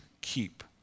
keep